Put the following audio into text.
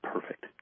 perfect